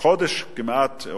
בחודש כמעט,